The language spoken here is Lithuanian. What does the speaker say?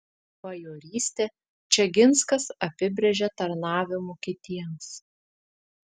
bajorystę čeginskas apibrėžė tarnavimu kitiems